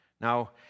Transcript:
Now